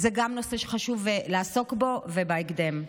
גם זה נושא שחשוב לעסוק בו, ובהקדם.